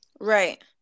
right